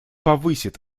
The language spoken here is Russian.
повысит